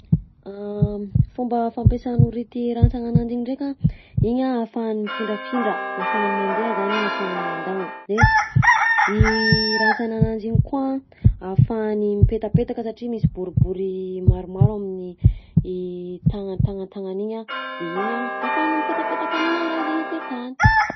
Fomba fampiasan'ny hority rantsagna ananjy ndraika, igny a ahafahany mifindrafindra, ahafahany mandeha zany igny, ahafahany mandagno, de rantsana ananjy iny koa ahafahany mipetapetaka satria misy boribory maromaro amin'ny tagna- tagnatagnany igny a, de igny a ahafahany mipetapetaka aminà raha zay ipetahany.